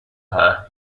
her